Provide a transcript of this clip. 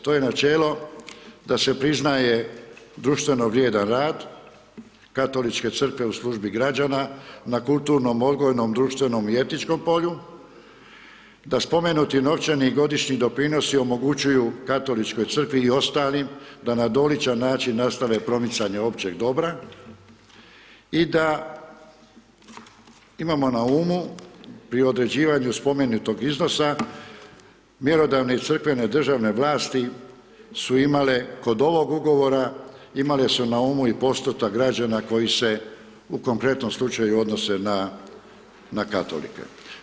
To je načelo da se priznaje društveno vrijedan rad Katoličke crkve u službi građana na kulturnom, odgojnom, društvenom i etičkom polju, da spomenuti novčani i godišnji doprinosi omogućuju Katoličkoj crkvi i ostalim da na doličan način nastave promicanje općeg dobra i da imamo na umu pri određivanju spomenutog iznosa, mjerodavne i crkvene državne vlasti su imale kod ovog ugovora, imale su na umu i postotak građana koji se u konkretnom slučaju odnose na katolike.